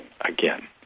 again